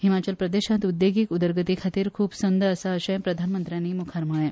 हिमाचल प्रदेशात उद्देगीक उदगरतीखातीर खूप संद आसा अशेय प्रधानमंत्र्यानी मुखार म्हळे